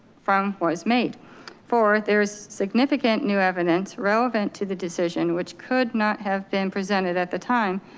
from what it's made for there's significant new evidence relevant to the decision, which could not have been presented at the time.